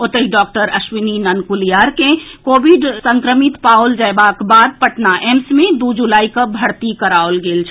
ओतहि डॉक्टर अश्विनी ननकुलियार के कोविड संक्रमित पाओल जेबाक बाद पटना एम्स मे दू जुलाई कऽ भर्ती कराओल गेल छल